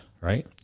Right